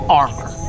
armor